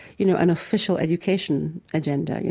you know, an official education agenda. you